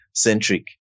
Centric